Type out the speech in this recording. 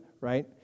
right